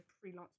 freelance